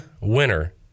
winner